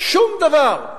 שום דבר,